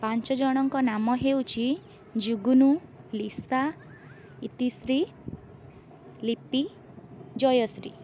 ପାଞ୍ଚ ଜଣଙ୍କ ନାମ ହେଉଛି ଜୁଗୁନୁ ଲିସା ଇତିଶ୍ରୀ ଲିପି ଜୟଶ୍ରୀ